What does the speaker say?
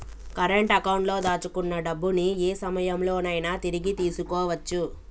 current అకౌంట్లో దాచుకున్న డబ్బుని యే సమయంలోనైనా తిరిగి తీసుకోవచ్చు